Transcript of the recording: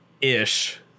ish